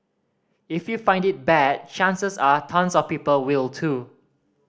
if you find it bad chances are tons of people will too